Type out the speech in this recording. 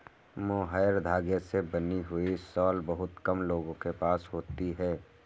mohair धागे से बनी हुई शॉल बहुत कम लोगों के पास होती है